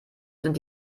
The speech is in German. sind